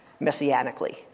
messianically